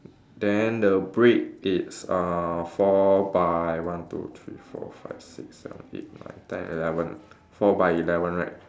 then the brick is uh four by one two three four five six seven eight nine ten eleven four by eleven right